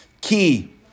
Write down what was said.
Key